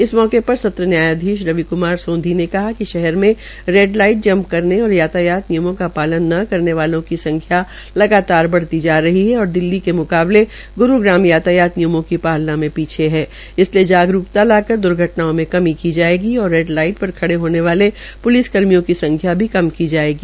इस मौके पर सत्र न्यायाधीश रवि क्मार सोंधी ने कहा कि शहर में रेड लाईट जम्प करने और यातायात नियमों की पालन करने की संख्या लगतार बढ़ रही है और दिल्ली के म्काबले ग्रूग्राम यातयात नियमों की पालना में पीछे है इसके लिए जागरूकता लाकर द्र्घटनाओं की कमी की जायेगी और रेड लाईट पर खड़े होने वाले पुलिस कर्मियों की संख्या न कम की जा सकेगी